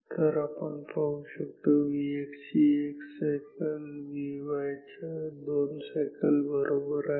तर आपण पाहू शकतो Vx ची 1 सायकल Vy च्या दोन सायकल बरोबर आहे